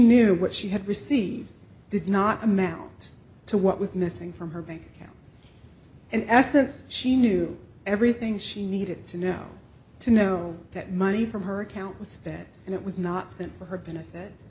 knew what she had received did not amount to what was missing from her bank account and assets she knew everything she needed to know to know that money from her account was sped and it was not spent for her benefit